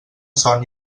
son